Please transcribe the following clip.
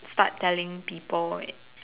start telling people